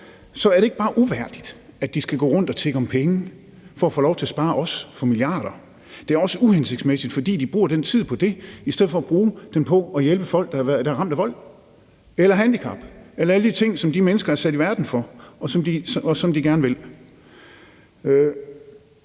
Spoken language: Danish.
Er det ikke bare uværdigt, at de skal gå rundt at tigge om penge for at få lov til at spare os milliarder af kroner? Det er også uhensigtsmæssigt, fordi de bruger den tid på det i stedet for at bruge den på at hjælpe folk, der er ramt af vold eller af handicap, eller på alle de ting, som de mennesker er sat i verden for, og som de gerne vil.